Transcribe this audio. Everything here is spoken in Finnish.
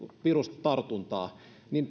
virustartuntaa